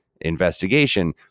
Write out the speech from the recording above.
investigation